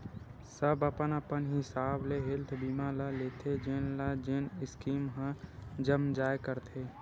सब अपन अपन हिसाब ले हेल्थ बीमा ल लेथे जेन ल जेन स्कीम ह जम जाय करथे